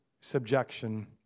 subjection